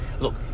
Look